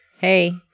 Hey